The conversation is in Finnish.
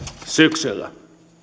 syksyllä